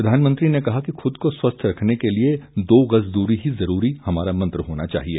प्रधानमंत्री ने कहा कि खुद को स्वस्थ रखने के लिए दो गज दूरी है जरूरी हमारा मंत्र होना चाहिए